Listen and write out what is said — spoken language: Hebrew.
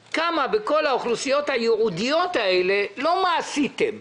15% או 16% אבל כבר החלטנו מיוזמתנו, אנחנו